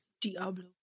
Diablo